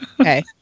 Okay